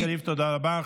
חבר הכנסת קריב, תודה רבה.